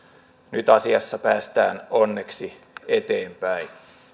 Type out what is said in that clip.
nyt asiassa päästään onneksi eteenpäin